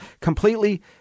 Completely